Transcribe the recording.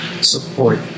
support